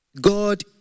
God